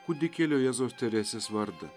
kūdikėlio jėzaus teresės vardą